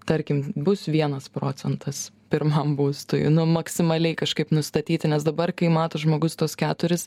tarkim bus vienas procentas pirmam būstui nu maksimaliai kažkaip nustatyti nes dabar kai mato žmogus tuos keturis